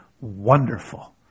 wonderful